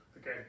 Okay